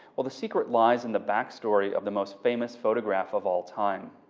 well, the secret lies in the back story of the most famous photograph of all-time.